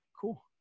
cool